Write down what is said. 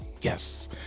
yes